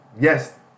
Yes